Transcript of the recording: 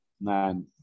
man